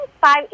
five